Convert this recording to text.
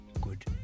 good